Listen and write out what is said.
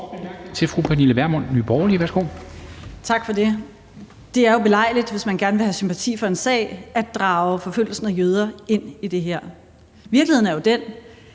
14:48 Pernille Vermund (NB): Tak for det. Det er jo belejligt, hvis man gerne vil have sympati for en sag, at drage forfølgelsen af jøder ind i det. Virkeligheden er jo den,